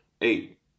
eight